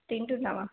తింటున్నావా